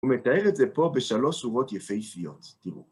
הוא מתאר את זה פה בשלוש שורות יפהיפיות, תראו.